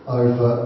over